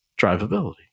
drivability